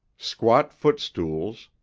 squat footstools,